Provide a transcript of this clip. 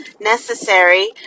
necessary